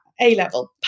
A-level